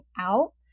out